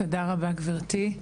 תודה רבה גברתי.